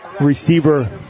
receiver